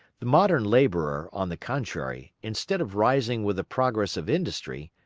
the modern laborer, on the contrary, instead of rising with the progress of industry,